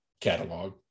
catalog